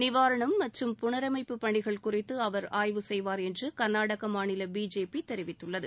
நிவாரணம் மற்றும் புனரமைப்பு பணிகள் குறித்து அவர் ஆய்வு செய்வார் என்று கர்நாடகா மாநில பிஜேபி தெரிவித்துள்ளது